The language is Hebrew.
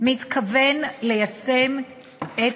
מתכוון ליישם את